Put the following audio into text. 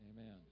Amen